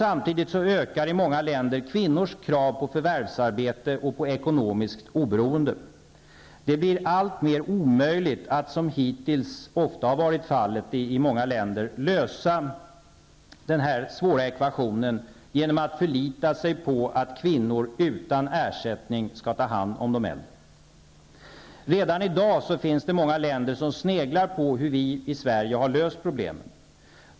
Samtidigt ökar i många länder kvinnors krav på förvärvsarbete och på ekonomiskt oberoende. Det blir alltmer omöjligt att, som hittills ofta har varit fallet i många länder, lösa den här svåra ekvationen genom att förlita sig på att kvinnor utan ersättning skall ta hand om de äldre. Redan i dag finns det många länder som sneglar på hur vi i Sverige har löst problemen.